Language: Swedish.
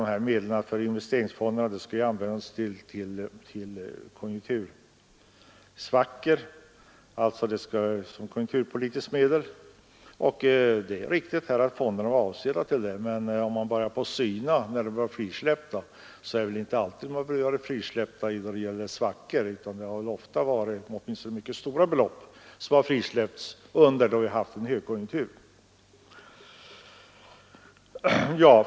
Nu säger utskottet att investeringsfonderna skall användas som konjunkturpolitiskt medel att utjämna konjunktursvackor. Det är riktigt att fonderna är avsedda till det, men om man noga synar när de har blivit frisläppta, finner man att det inte alltid varit i konjunktursvackor utan att ofta mycket stora belopp har frisläppts under en högkonjunktur.